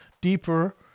deeper